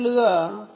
ధన్యవాదాలు